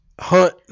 Hunt